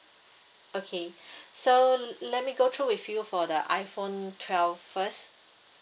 okay so let me go through with you for the iphone twelve first